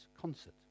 concert